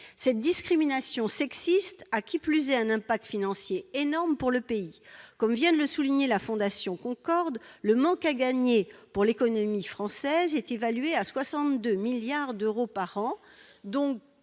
Cette discrimination sexiste a, de plus, un impact financier énorme pour le pays. Comme vient de le souligner la fondation Concorde, le manque à gagner pour l'économie française est évalué à 62 milliards d'euros par an